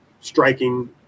striking